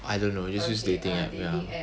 I don't know just use dating app wait ah